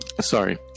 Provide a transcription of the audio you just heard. sorry